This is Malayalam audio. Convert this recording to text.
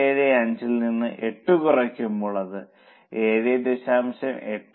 875ൽ നിന്ന് 8 കുറയ്ക്കുമ്പോൾ അത് 7